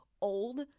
old